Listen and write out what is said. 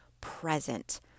present